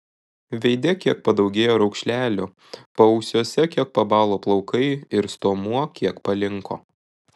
veide kiek padaugėjo raukšlelių paausiuose kiek pabalo plaukai ir stuomuo kiek palinko